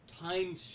time